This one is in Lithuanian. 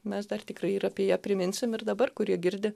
mes dar tikrai ir apie ją priminsim ir dabar kurie girdi